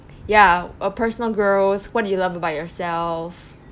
ya or personal growth what do you love about yourself